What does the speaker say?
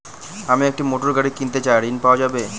আমি একটি মোটরগাড়ি কিনতে চাই ঝণ পাওয়া যাবে?